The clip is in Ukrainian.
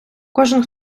кожен